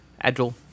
Agile